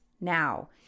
now